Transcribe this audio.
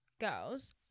girls